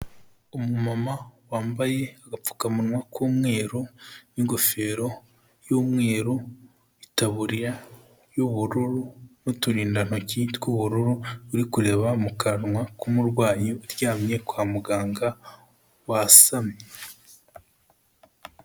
Umu mama wambaye agapfukamunwa k'umweru n'ingofero y'umweru, itaburiya y'ubururu n'uturindantoki tw'ubururu, uri kureba mu kanwa k'umurwayi uryamye kwa muganga wasamye.